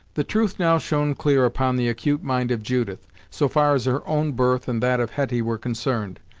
the truth now shone clear upon the acute mind of judith, so far as her own birth and that of hetty were concerned.